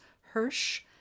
Hirsch